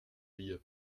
wir